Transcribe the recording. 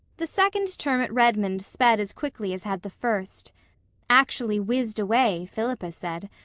the second term at redmond sped as quickly as had the first actually whizzed away, philippa said.